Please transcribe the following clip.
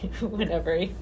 Whenever